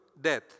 death